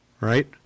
right